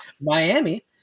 miami